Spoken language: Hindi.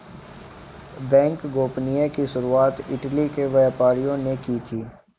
बैंक गोपनीयता की शुरुआत इटली के व्यापारियों ने की थी